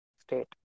state